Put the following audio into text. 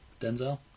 Denzel